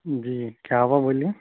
جی کیا ہوا بولیے